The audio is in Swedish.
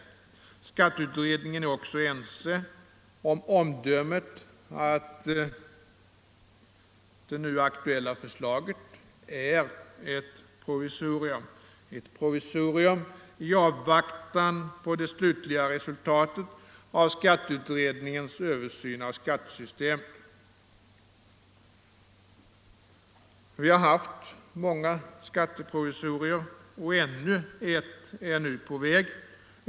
Man är i skatteutredningen också enig om att det nu aktuella förslaget är ett provisorium i avvaktan på det slutliga resultatet av utredningens översyn av skattesystemet. Vi har haft många skatteprovisorier och ännu ett är nu på väg.